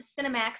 Cinemax